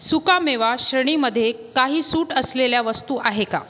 सुकामेवा श्रेणीमध्ये काही सूट असलेल्या वस्तू आहे का